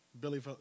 Billy